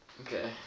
Okay